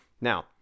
now